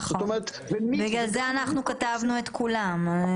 נכון, בגלל זה כתבנו את כולן.